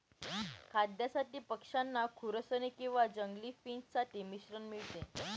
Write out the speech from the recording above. खाद्यासाठी पक्षांना खुरसनी किंवा जंगली फिंच साठी मिश्रण मिळते